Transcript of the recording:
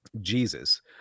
Jesus